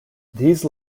these